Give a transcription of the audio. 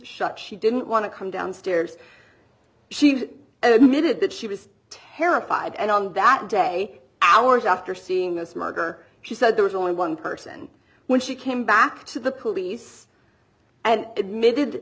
shut she didn't want to come downstairs she admitted that she was terrified and on that day hours after seeing this murder she said there was only one person when she came back to the cookies and admitted